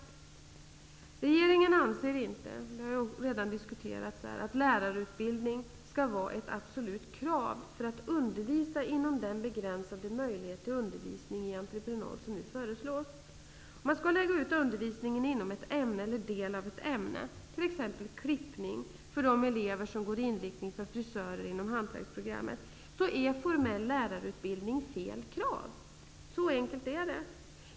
Regeringen anser inte -- det har ju redan diskuterats här -- att lärarutbildning skall vara ett absolut krav för att undervisa när det gäller den begränsade möjlighet till entreprenad som nu föreslås. Om man skall lägga ut undervisningen inom ett ämne eller en del av ett ämne, t.ex. klippning för de elever som går inrikting för frisörer inom hantverksprogrammet, är formell lärarutbildning fel krav -- så enkelt är det.